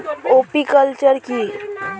Apiculture কি?